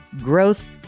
growth